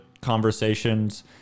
conversations